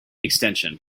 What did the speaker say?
extension